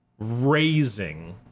Raising